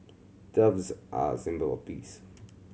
doves are a symbol of peace